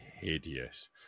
hideous